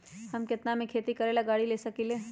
हम केतना में खेती करेला गाड़ी ले सकींले?